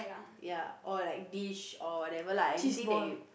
ya or like dish or whatever lah anything you